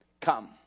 come